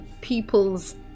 people's